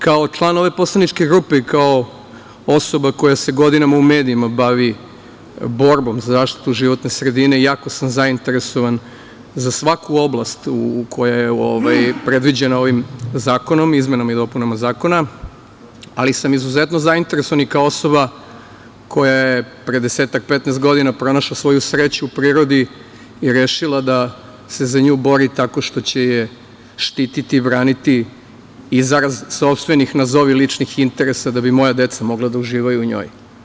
Kao član ove poslaničke grupe, i kao osoba koja se godinama u medijima bavi borbom za zaštitu životne sredine, jako sam zainteresovan za svaku oblast, koja je predviđena ovim zakonom, izmenama i dopunama zakona, ali sam izuzetno zainteresovan i kao osoba, koja je pre 10, 15 godina pronašla sreću u prirodi i rešila da se za nju bori, tako što će je štititi i braniti i zarad sopstvenih, nazovi, ličnih interesa, da bi moja deca mogla da uživaju u njoj.